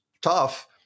tough